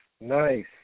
Nice